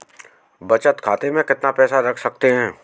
बचत खाते में कितना पैसा रख सकते हैं?